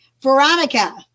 Veronica